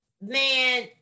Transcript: Man